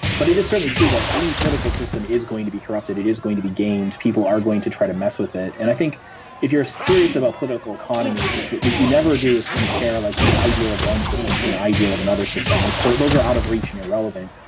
but it is certainly true that any political system is going to be corrupted, it is going to be gamed, people are going to try to mess with it. and i think if you are serious about political economy, what you you never do is compare like the ideal of one system to the and ideal of another system. sort of those are out of reach and irrelevant.